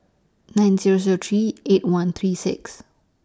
nine Zero Zero three eight one three six